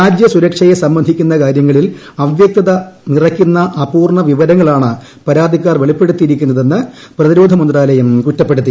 രാജ്യസുരക്ഷയെ സംബന്ധിക്കുന്ന ക്ടാര്യങ്ങളിൽ അവ്യക്തത നിറക്കുന്ന അപൂർണ്ണ വിപ്പ്ർങ്ങളാണ് പരാതിക്കാർ വെളിപ്പെടുത്തിയിരിക്കുന്നതെന്ന് പ്രകൃത്തി പ്രതിരോധമന്ത്രാലയം കുറ്റപ്പെടുത്തി